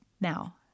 Now